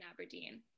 Aberdeen